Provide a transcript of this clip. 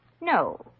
No